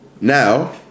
Now